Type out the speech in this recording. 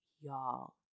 y'all